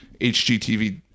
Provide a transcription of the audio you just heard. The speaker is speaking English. HGTV